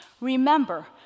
Remember